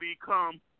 become